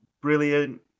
brilliant